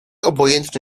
obojętny